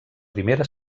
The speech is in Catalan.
primera